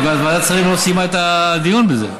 בגלל שוועדת שרים לא סיימה את הדיון בזה.